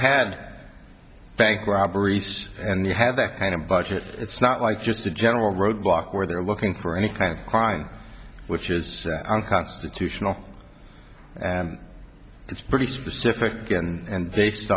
had bank robberies and you have that kind of budget it's not like just a general roadblock where they're looking for any kind of crime which is unconstitutional and it's pretty specific and based